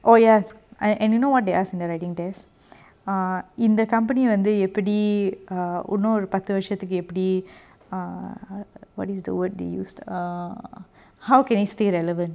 oh ya I and you know what they ask in the writing test err in the company வந்து எப்புடி:vanthu eppudi err இன்னொரு பத்து வருசத்துக்கு எப்புடி:innoru pathu varusathuku eppudi what is the word they use err how can you stay relevant